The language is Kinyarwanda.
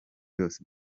yose